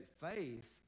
faith